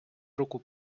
руку